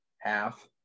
half